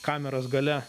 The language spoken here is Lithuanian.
kameros gale